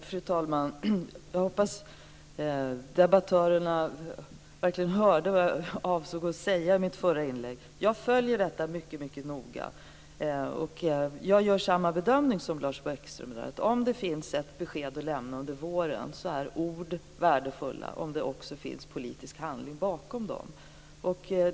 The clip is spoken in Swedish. Fru talman! Jag hoppas att debattörerna verkligen hörde vad jag avsåg att säga i mitt förra inlägg. Jag följer detta mycket noga. Jag gör också samma bedömning som Lars Bäckström. Om det finns ett besked att lämna under våren är ord värdefulla, om det också finns politisk handling bakom dem.